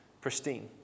pristine